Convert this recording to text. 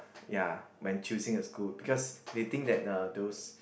ya when choosing a school because they think that uh those